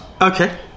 Okay